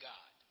God